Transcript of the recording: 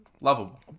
Lovable